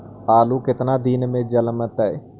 आलू केतना दिन में जलमतइ?